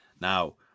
Now